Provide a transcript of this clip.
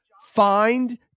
find